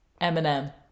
Eminem